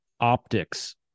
optics